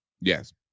Yes